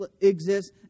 exists